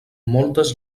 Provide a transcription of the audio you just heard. moltes